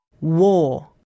War